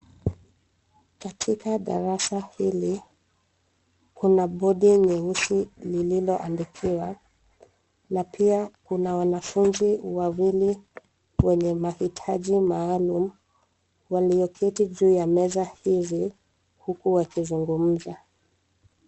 Katika darasa hili kuna bodi nyeusi lililoandikiwa na pia kuna wanafunzi wawili wenye mahitaji maalum walioketi juu ya meza hizi huku wakizungumza.